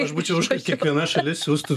aš būčiau kiekviena šalis siųstų